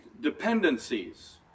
dependencies